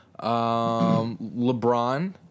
LeBron